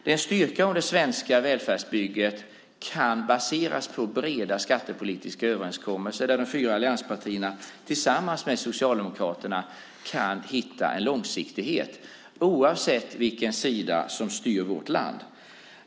Det är en styrka om det svenska välfärdsbygget kan baseras på breda skattepolitiska överenskommelser där de fyra allianspartierna tillsammans med Socialdemokraterna kan hitta en långsiktighet, oavsett vilken sida som styr vårt land.